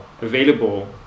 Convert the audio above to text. available